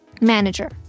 manager